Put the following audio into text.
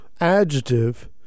adjective